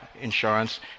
insurance